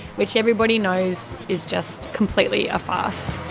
which everybody knows is just completely a farce.